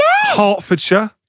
Hertfordshire